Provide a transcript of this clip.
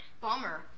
Bummer